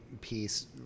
piece